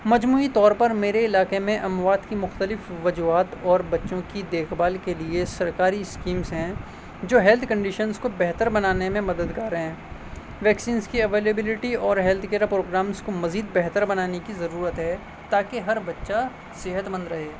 مجموعی طور پر میرے علاقے میں اموات کی مختلف وجوہات اور بچوں کی دیکھ بھال کے لیے سرکاری اسکیمس ہیں جو ہیلتھ کنڈیشنس کو بہتر بنانے میں مددگار ہیں ویکسینس کی اویلیبلٹی اور ہیلتھ کیئر پروگرامس کو مزید بہتر بنانے کی ضرورت ہے تا کہ ہر بچہ صحت مند رہے